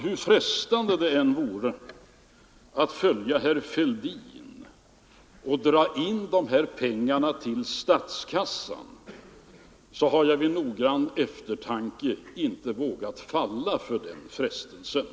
Hur frestande det än vore att följa herr Fälldin och dra in dessa pengar till statskassan har jag vid noggrann eftertanke funnit att jag inte vågar falla för den frestelsen.